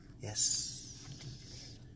Yes